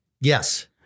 Yes